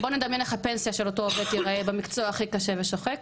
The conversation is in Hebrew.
בואו נדמיין איך הפנסיה של אותו העובד תיראה במקצוע הכי קשה ושוחק,